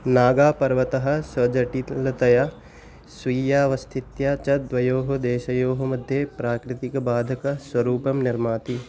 नागापर्वतः सजटितल्लतया स्वीयावस्थित्या च द्वयोः देशयोः मध्ये प्राकृतिकबाधकस्वरूपं निर्माति